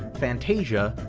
fantasia,